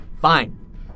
fine